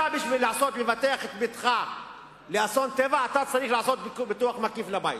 כדי לבטח את ביתך מפני אסון טבע אתה צריך לעשות ביטוח מקיף לבית,